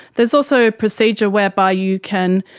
there is also a procedure whereby you can,